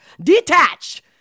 Detach